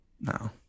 No